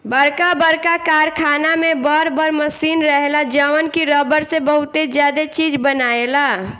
बरका बरका कारखाना में बर बर मशीन रहेला जवन की रबड़ से बहुते ज्यादे चीज बनायेला